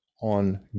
on